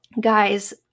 Guys